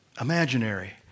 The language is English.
imaginary